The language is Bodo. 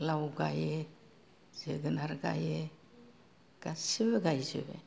लाव गाइयो जोगोनाद गाइयो गासिबो गाइजोबो